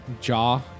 jaw